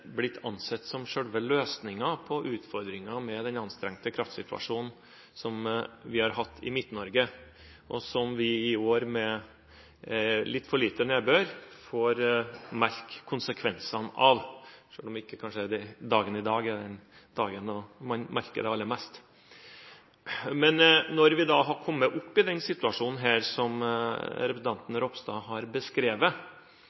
blitt ansett som selve løsningen på utfordringen med den anstrengte kraftsituasjonen som vi har hatt i Midt-Norge, og som vi i år med litt for lite nedbør får merke konsekvensene av – selv om kanskje ikke dagen i dag er den dagen man merker det aller mest. Men når vi da har kommet i denne situasjonen som